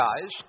guys